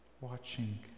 watching